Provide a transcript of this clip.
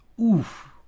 Oof